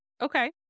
okay